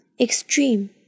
Extreme